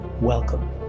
Welcome